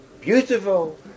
beautiful